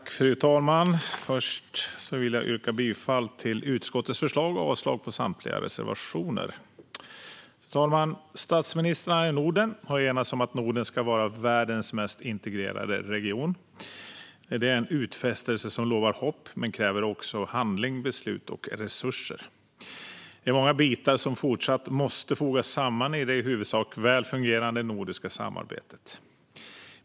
Fru talman! Först vill jag yrka bifall till utskottets förslag och avslag på samtliga reservationer. Fru talman! Statsministrarna i Norden har enats om att Norden ska vara världens mest integrerade region. Det är en utfästelse som inger hopp, men den kräver också handling, beslut och resurser. Det är många bitar som fortsatt måste fogas samman i det i huvudsak väl fungerande nordiska samarbetet.